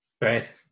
Right